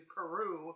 Peru